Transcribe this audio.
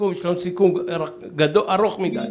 יש לנו סיכום ארוך מדי.